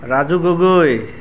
Raju Gogoi